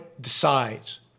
decides